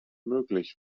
möglich